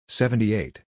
seventy-eight